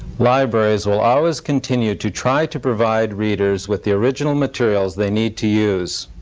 libraries will always continue to try to provide readers with the original materials they need to use,